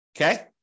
okay